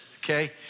okay